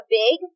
big